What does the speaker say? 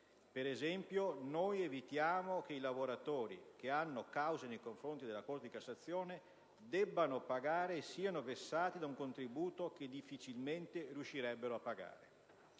per esempio, noi evitiamo che i lavoratori che hanno cause presso la Corte di cassazione debbano pagare e siano vessati da un contributo che difficilmente riuscirebbero a pagare.